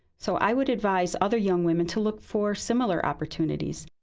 so i would advise other young women to look for similar opportunities.